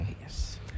yes